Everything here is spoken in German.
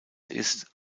ist